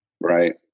right